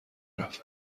رفت